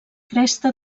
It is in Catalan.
cresta